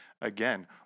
again